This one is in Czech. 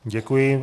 Děkuji.